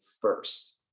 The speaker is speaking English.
first